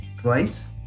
twice